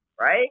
Right